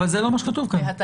אבל זה לא מה שכתוב כאן.